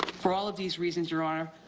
for all of these reasons, your honor,